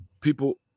People